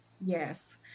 Yes